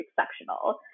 exceptional